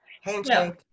handshake